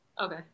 Okay